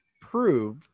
prove